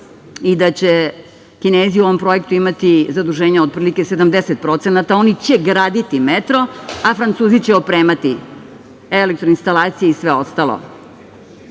i da će Kinezi u ovom projektu imati zaduženja otprilike 70%. Oni će graditi metro, a Francuzi će opremati elektro instalacije i sve ostalo. Svi